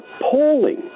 appalling